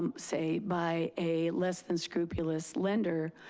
um say, by a less than scrupulous lender,